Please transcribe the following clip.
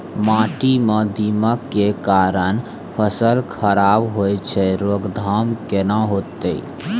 माटी म दीमक के कारण फसल खराब होय छै, रोकथाम केना होतै?